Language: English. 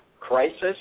crisis